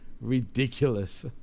ridiculous